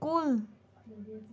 کُل